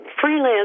freelance